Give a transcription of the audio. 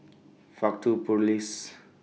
Faktu Police